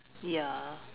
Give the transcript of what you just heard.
ya